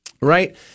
Right